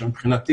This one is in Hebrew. שמבחינתי